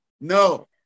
no